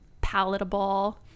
palatable